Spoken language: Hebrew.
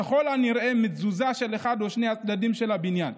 ככל הנראה כתוצאה מתזוזה של חלק אחד או שני חלקים של הבניין.